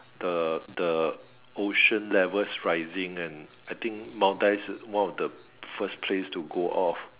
the the ocean level's rising and I think Maldives one of the first place to go off